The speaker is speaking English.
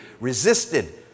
resisted